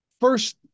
first